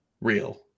Real